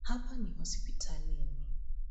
Hapa ni hospitalini.